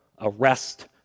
arrest